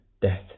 death